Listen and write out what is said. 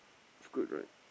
it's good right